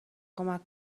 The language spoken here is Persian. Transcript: کمک